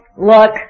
look